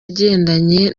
agendanye